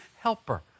helper